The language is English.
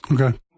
okay